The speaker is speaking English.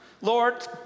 Lord